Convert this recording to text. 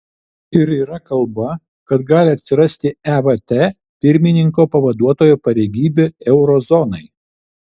ir yra kalba kad gali atsirasti evt pirmininko pavaduotojo pareigybė euro zonai